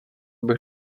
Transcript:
bych